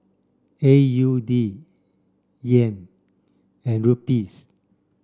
A U D Yen and Rupee